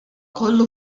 kollu